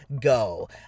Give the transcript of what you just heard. go